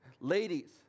ladies